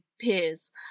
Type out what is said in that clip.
peers